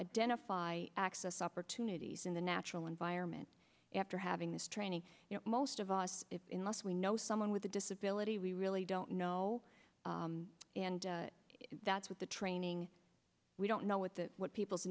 identify access opportunities in the natural environment after having this training you know most of us in the us we know someone with a disability we really don't know and that's what the training we don't know what the what people's